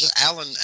Alan